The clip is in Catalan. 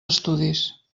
estudis